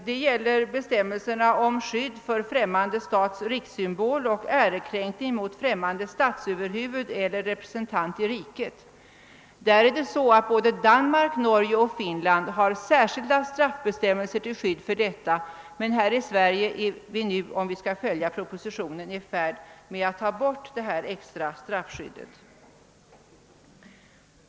Detta gäller beträffande bestämmelserna om skydd för främmande stats rikssymbol och ärekränkning mot främmande statsöverhuvud eller representant i riket. I såväl Danmark som i Norge och Finland har man särskilda straffbestämmelser till skydd härför, men i Sverige är vi nu, om vi följer propositionen, i färd med att ta bort detta extra straffskydd.